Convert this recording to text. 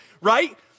right